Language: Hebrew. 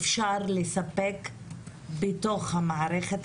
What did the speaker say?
אפשר לספק בתוך המערכת,